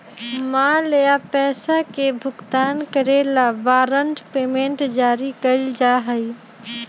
माल या पैसा के भुगतान करे ला वारंट पेमेंट जारी कइल जा हई